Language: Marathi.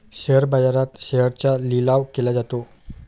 शेअर बाजारात शेअर्सचा लिलाव केला जातो